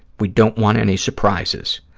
we don't want any surprises.